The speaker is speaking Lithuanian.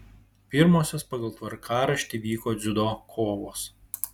pirmosios pagal tvarkaraštį vyko dziudo kovos